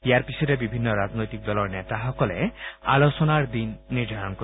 ইয়াৰ পিছতে বিভিন্ন দলৰ নেতাসকলে আলোচনাৰ দিন নিৰ্ধাৰণ কৰিব